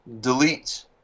delete